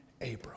Abram